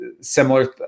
similar